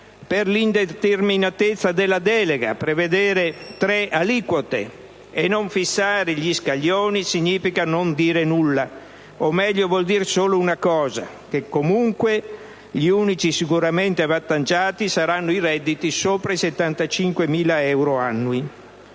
per l'indeterminatezza della delega: prevedere tre aliquote e non fissare gli scaglioni significa non dire nulla, o meglio una sola cosa, che comunque gli unici sicuramente avvantaggiati saranno i redditi superiori ai 75.000 euro annui.